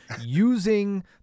using